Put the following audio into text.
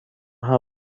ha